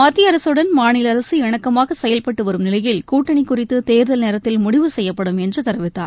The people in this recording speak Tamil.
மத்திய அரசுடன் மாநில அரசு இணக்கமாகசெயல்பட்டுவரும் நிலையில் கூட்டணிகுறித்துதேர்தல் நேரத்தில் முடிவு செய்யப்படும் என்றுதெரிவித்தார்